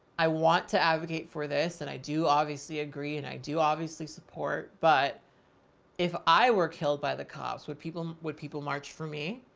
i want to advocate for this. and i do obviously agree and i do obviously support, but if i were killed by the cops, would people would people marched for me,